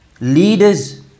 leaders